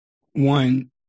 one